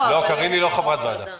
קארין היא לא חברת ועדה.